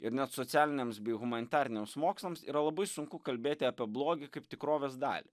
ir net socialiniams bei humanitariniams mokslams yra labai sunku kalbėti apie blogį kaip tikrovės dalį